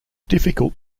difficult